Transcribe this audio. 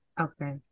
Okay